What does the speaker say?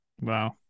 Wow